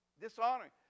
Dishonoring